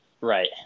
Right